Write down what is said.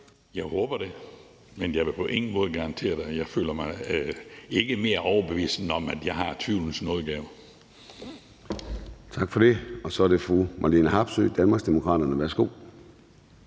Jeg håber det, men jeg vil på ingen måde garantere det. Men jeg føler mig ikke mere overbevist om, at jeg har tvivlens nådegave. Kl. 09:30 Formanden (Søren Gade): Tak for det. Så er det fru Marlene Harpsøe, Danmarksdemokraterne. Værsgo.